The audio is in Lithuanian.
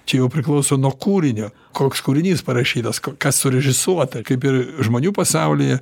čia jau priklauso nuo kūrinio koks kūrinys parašytas kas surežisuota kaip ir žmonių pasaulyje